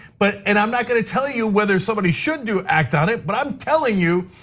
but and i'm not gonna tell you whether somebody should do act on it, but i'm telling you,